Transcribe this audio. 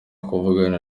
kuvugana